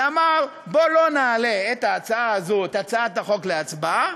הוא אמר: בוא לא נעלה את הצעת החוק להצבעה,